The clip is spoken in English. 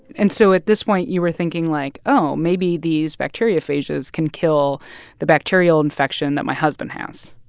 and so at this point you were thinking, like, oh, maybe these bacteriophages can kill the bacterial infection that my husband has